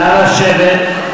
נא לשבת.